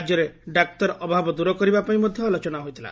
ରାଜ୍ୟରେ ଡାକ୍ତର ଅଭାବ ଦୂର କରିବା ପାଇଁ ମଧ୍ଧ ଆଲୋଚନା ହୋଇଥିଲା